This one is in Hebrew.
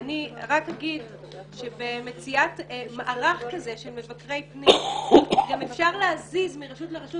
אני רק אומר שבמציאת מערך כזה של מבקרי פנים גם אפשר להזיז מרשות לרשות,